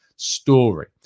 Story